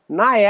na